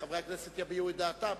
חברי הכנסת יביעו את דעתם.